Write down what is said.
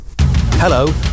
Hello